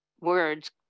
words